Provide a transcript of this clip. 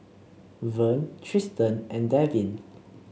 Vern Triston and Devin